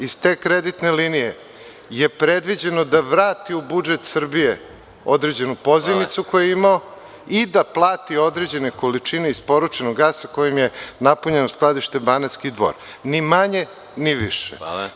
Iz te kreditne linije je predviđeno da vrati u budžet Srbije određenu pozajmicu koju je imao i da plati određene količine isporučenog gasa kojim je napunjeno skladište Banatski Dvor, ni manje, ni više.